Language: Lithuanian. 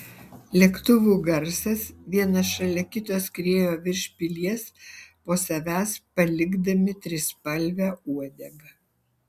lėktuvų garsas vienas šalia kito skriejo virš pilies po savęs palikdami trispalvę uodegą